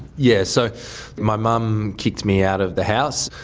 yes. so my mum kicked me out of the house.